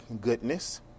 goodness